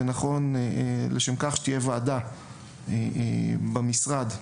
נכון שתהיה ועדה במשרד,